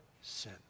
sin